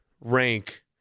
rank